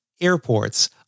airports